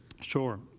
Sure